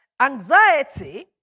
anxiety